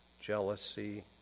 jealousy